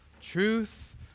truth